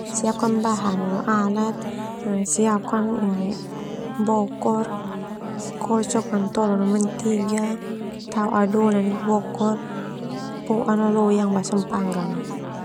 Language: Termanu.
Bahan no alat siapkan bokoe kocok mantolo no mentega poa lo loyang basa sona panggang.